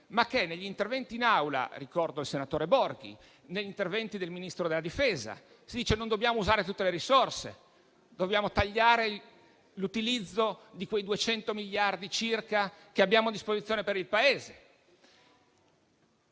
se poi negli interventi in Aula - ricordo il senatore Borghi - e in quelli del Ministro della difesa si dice che non dobbiamo usare tutte le risorse e che dobbiamo tagliare l'utilizzo dei circa 200 miliardi che abbiamo a disposizione per il Paese.